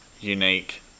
unique